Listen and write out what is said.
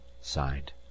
signed